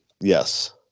Yes